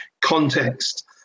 context